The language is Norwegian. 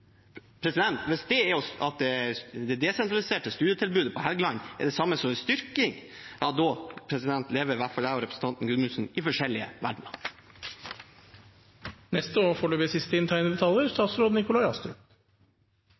Hvis det desentraliserte studietilbudet er det samme som en styrking, lever i hvert fall jeg og representanten Gudmundsen i forskjellige verdener. Jeg måtte jo sikre meg at jeg nå fikk siste